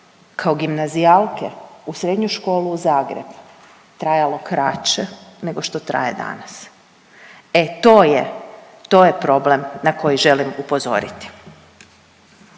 kao gimnazijalke u srednju školu u Zagreb trajalo kraće nego što traje danas. E to je, to je problem na koji želim upozoriti.